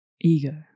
ego